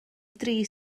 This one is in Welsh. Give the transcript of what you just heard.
dri